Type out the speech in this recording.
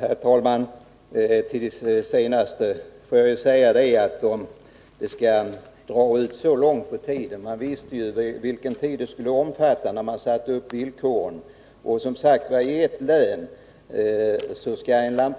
Herr talman! Men man visste ju vilken tid ansökningarna skulle omfatta när man satte upp villkoren. Som jag sade skall lantbruksnämnden